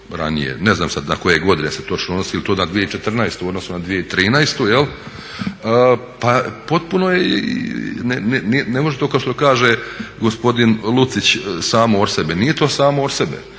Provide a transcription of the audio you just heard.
ranije. Ne znam sada na koje godine se točno odnosi, jel to na 2014.u odnosu na 2013.pa potpuno je, ne može to kao što kaže gospodin Lucić samo od sebe, nije to samo od sebe.